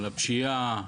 על הפשיעה,